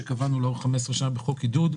שקבענו לאורך 15 שנה בחוק עידוד,